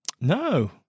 No